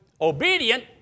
obedient